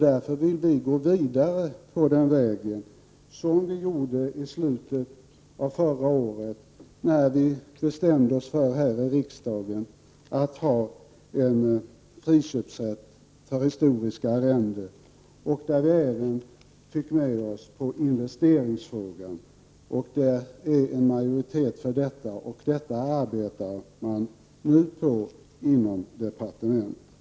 Därför vill vi gå vidare på den vägen, så som vi gjorde i slutet av förra året när vi här i riksdagen fattade beslut om en friköpsrätt för historiska arrenden. Vi fick ju vid det tillfället när det gäller investeringsfrågan en majoritet för förslaget. Man arbetar därför nu med denna fråga i departementet.